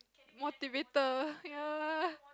motivator ya lah